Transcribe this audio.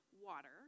water